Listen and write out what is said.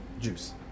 Juice